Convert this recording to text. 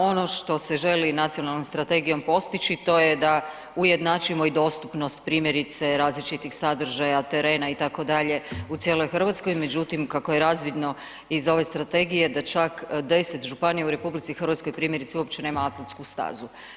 Ono što se želi nacionalnom strategijom postići, to je da ujednačimo i dostupnost, primjerice i različitih sadržaja, terena, itd. u cijeloj Hrvatskoj, međutim, kako je razvidno iz ove strategije da čak 10 županija u RH primjerice, uopće nema atletsku stazu.